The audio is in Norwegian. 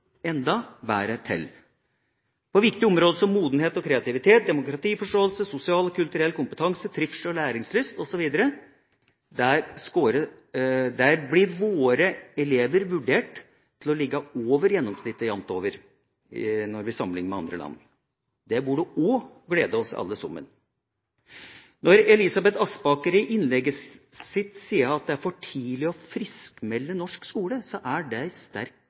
til. På viktige områder som modenhet, kreativitet, demokratiforståelse, sosial og kulturell kompetanse, trivsel og læringslyst osv., blir våre elever vurdert til å ligge over gjennomsnittet jamt over når vi sammenlikner med andre land. Det burde også glede oss alle sammen. Når Elisabeth Aspaker i innlegget sitt sier at det er for tidlig å «friskmelde» norsk skole, er det sterk